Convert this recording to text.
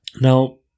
Now